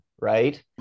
right